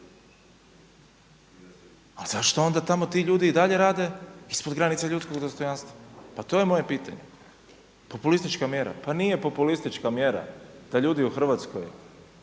a zašto onda tamo ti ljudi i dalje rade ispod granice ljudskog dostojanstva pa to je moje pitanje. Populistička mjera, pa nije populistička mjera da ljudi u Hrvatskoj